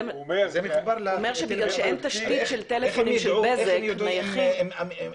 הוא אומר שבגלל שאין תשתית של טלפונים נייחים של בז"ק,